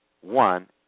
one